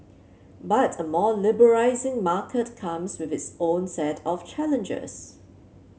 but a more liberalising market comes with its own set of challenges